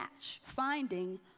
finding